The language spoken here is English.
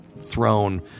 thrown